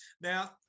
Now